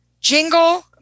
jingle